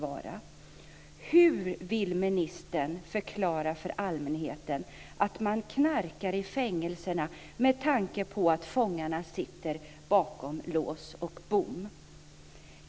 Hur vill ministern förklara för allmänheten att det knarkas i fängelserna, med tanke på att fångarna sitter bakom lås och bom?